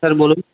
sir বলুন